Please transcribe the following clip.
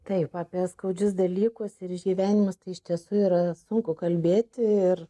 taip apie skaudžius dalykus ir išgyvenimus tai iš tiesų yra sunku kalbėti ir